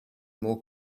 more